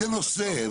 נושא?